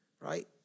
right